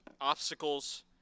obstacles